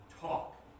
talk